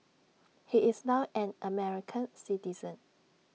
he is now an American citizen